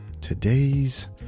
today's